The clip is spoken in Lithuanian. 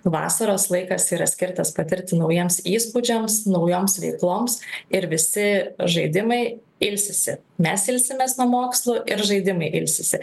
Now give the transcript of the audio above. vasaros laikas yra skirtas patirti naujiems įspūdžiams naujoms veikloms ir visi žaidimai ilsisi mes ilsimės nuo mokslo ir žaidimai ilsisi